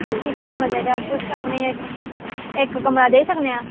असें इक कमरा चाहिदा तुसें अपना इक इक कमरा देई सकने आं